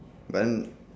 but then